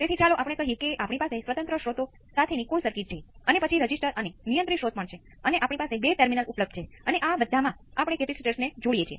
તેથી તે સ્પષ્ટ રીતે સર્કિટ તેમજ ફ્રિક્વન્સી પર આધાર રાખે છે